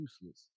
useless